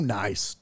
nice